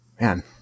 Man